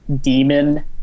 demon